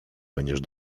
będziesz